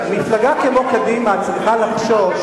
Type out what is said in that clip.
מפלגה כמו קדימה צריכה לחשוש.